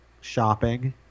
shopping